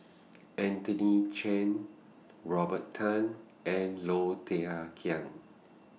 Anthony Chen Robert Tan and Low Thia Khiang